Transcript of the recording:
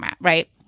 right